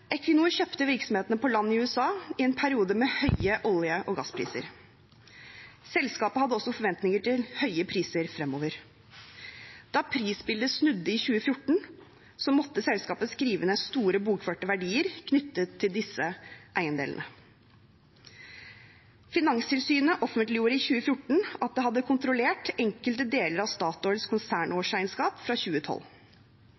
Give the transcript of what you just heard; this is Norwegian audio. gasspriser. Selskapet hadde også forventninger til høye priser fremover. Da prisbildet snudde i 2014, måtte selskapet skrive ned store bokførte verdier knyttet til disse eiendelene. Finanstilsynet offentligjorde i 2014 at det hadde kontrollert enkelte deler av Statoils